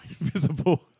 Invisible